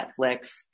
Netflix